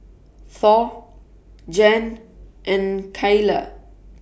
Thor Jann and Cayla